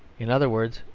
in other words,